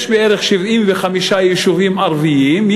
יש בערך 75 יישוביים ערביים,